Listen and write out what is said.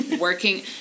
working